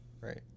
right